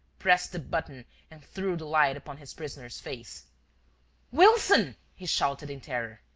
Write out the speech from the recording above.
pressed the button and threw the light upon his prisoner's face wilson! he shouted, in terror.